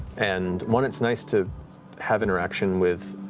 and one, it's nice to have interaction with